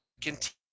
continue